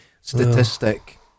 Statistic